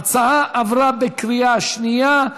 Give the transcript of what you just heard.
ההצעה עברה בקריאה שנייה.